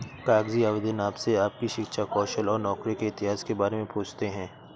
कागजी आवेदन आपसे आपकी शिक्षा, कौशल और नौकरी के इतिहास के बारे में पूछते है